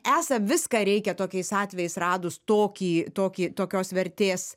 esą viską reikia tokiais atvejais radus tokį tokį tokios vertės